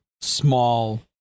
small